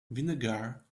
vinegar